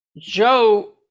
Joe